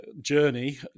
journey